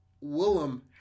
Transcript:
Willem